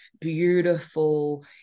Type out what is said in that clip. beautiful